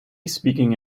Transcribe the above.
speaking